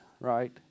right